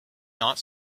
not